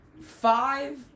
five